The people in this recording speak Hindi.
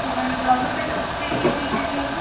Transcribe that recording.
तो मैम नॉर्मल मेकअप से कितने के लिए होगा